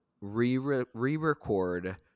re-re-record